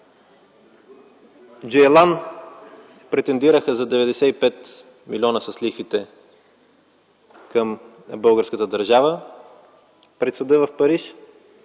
„Джейлан” претендираха за 95 милиона с лихвите към българската държава пред Съда в Париж.